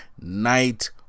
Night